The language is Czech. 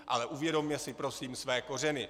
Ale uvědomme si prosím své kořeny.